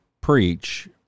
preach